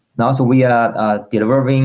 now so we are delivering